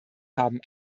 haben